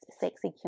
sexy